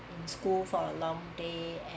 school for a long day and